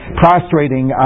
prostrating